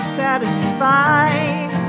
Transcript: satisfied